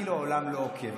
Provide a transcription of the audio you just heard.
כאילו העולם לא עוקב.